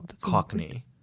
Cockney